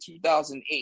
2008